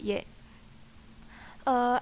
yet uh